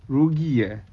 rugi eh